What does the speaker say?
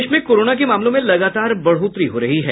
प्रदेश में कोरोना के मामलों में लगातार बढ़ोतरी हो रही है